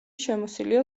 შემოსილია